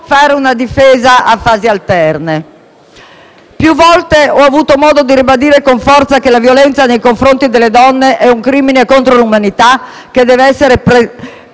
fare una difesa a fasi alterne. Più volte ho avuto modo di ribadire con forza che la violenza nei confronti delle donne è un crimine contro l'umanità, che deve essere represso